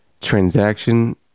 Transaction